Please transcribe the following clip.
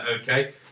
Okay